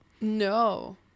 No